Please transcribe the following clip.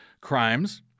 crimes